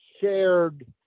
shared